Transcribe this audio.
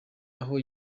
aho